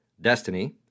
Destiny